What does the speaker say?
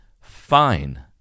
fine